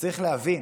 צריך להבין,